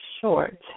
short